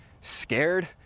scared